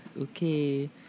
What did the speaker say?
okay